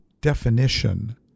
definition